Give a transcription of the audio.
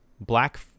black